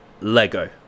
Lego